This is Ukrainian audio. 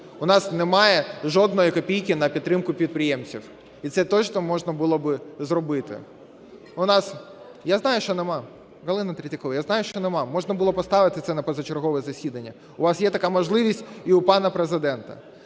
У нас немає жодної копійки на підтримку підприємців, і це точно можна було б зробити. У нас… Я знаю, що немає, Галина Третьякова, я знаю, що немає, можна було поставити це на позачергове засідання, у вас є така можливість і у пана Президента.